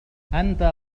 أنت